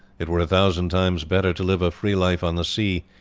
it were a thousand times better to live a free life on the sea,